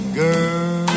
girl